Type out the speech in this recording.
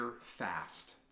fast